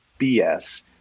BS